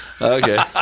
Okay